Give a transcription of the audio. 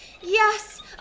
Yes